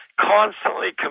constantly